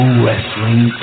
wrestling